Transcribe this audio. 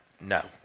no